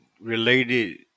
related